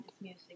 music